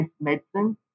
medicine